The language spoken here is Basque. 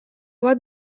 bat